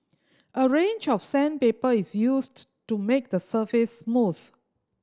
a range of sandpaper is used to make the surface smooth